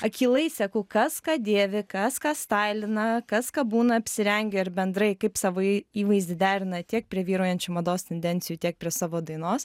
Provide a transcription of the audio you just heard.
akylai seku kas ką dėvi kas ką stailina kas ką būna apsirengę ir bendrai kaip savo įvaizdį derina tiek prie vyraujančių mados tendencijų tiek prie savo dainos